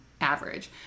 average